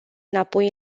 înapoi